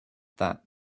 that